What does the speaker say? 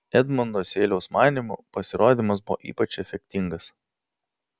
edmundo seiliaus manymu pasirodymas buvo ypač efektingas